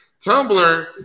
Tumblr